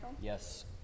Yes